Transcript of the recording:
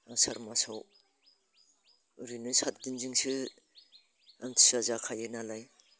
आसार मासाव ओरैनो सातदिनजोंसो आमथिसुवा जाखायो नालाय